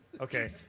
Okay